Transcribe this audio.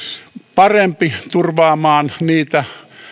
parempi turvaamaan niitä